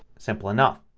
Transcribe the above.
simple enough.